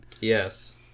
Yes